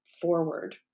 forward